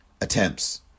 attempts